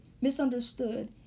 misunderstood